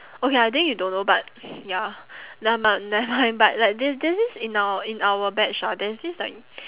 okay I think you don't know but ya neverm~ nevermind but like there there's this in our in our batch ah there's this like